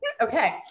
Okay